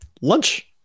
lunch